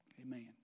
Amen